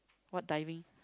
what diving